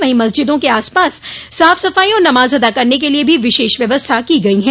वहीं मस्जिदों के आसपास साफ सफाई और नमाज अदा करने के लिए भी विशेष व्यवस्था की गई हैं